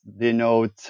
denote